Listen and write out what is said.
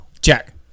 Jack